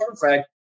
perfect